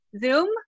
zoom